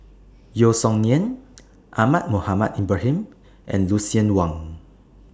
Yeo Song Nian Ahmad Mohamed Ibrahim and Lucien Wang